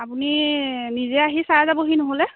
আপুনি নিজে আহি চাই যাবহি নহ'লে